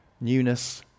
newness